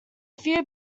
few